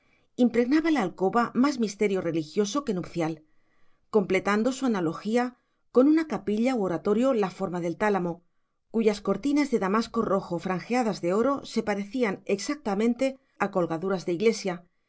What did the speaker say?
impregnaba la alcoba más misterio religioso que nupcial completando su analogía con una capilla u oratorio la forma del tálamo cuyas cortinas de damasco rojo franjeadas de oro se parecían exactamente a colgaduras de iglesia